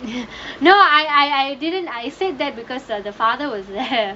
no I I I didn't say that because got the father was there